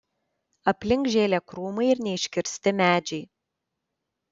aplink žėlė krūmai ir neiškirsti medžiai